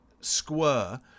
square